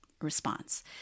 response